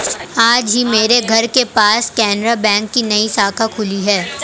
आज ही मेरे घर के पास केनरा बैंक की नई शाखा खुली है